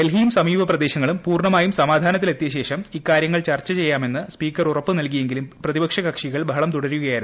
ഡൽഹിയും സമീപ പ്രദേശങ്ങളും പൂർണ്ണമായും സമാധാനത്തിലെത്തിയ ശേഷം ഇക്കാര്യങ്ങൾ ചർച്ച ചെയ്യാമെന്ന് സ്പീക്കർ ഉറപ്പുനൽകിയെങ്കിലും പ്രതിപക്ഷ കക്ഷികൾ ബഹളം തുടരുകയായിരുന്നു